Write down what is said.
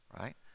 right